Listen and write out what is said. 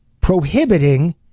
prohibiting